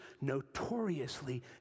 notoriously